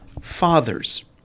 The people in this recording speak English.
Fathers